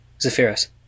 Zephyrus